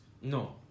No